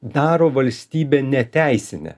daro valstybę neteisinę